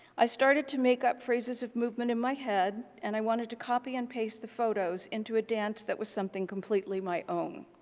i started to make up phrases with movement in my head and i wanted to copy and paste the photos into a dance that was something completely my own.